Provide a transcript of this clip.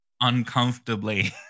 Uncomfortably